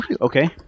Okay